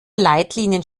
leitlinien